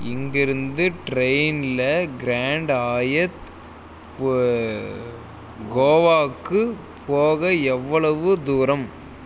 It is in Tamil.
இங்கிருந்து ட்ரெயினில் கிராண்ட் ஹாயத் கோவாக்குப் போக எவ்வளவு தூரம்